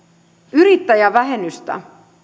yrittäjävähennystä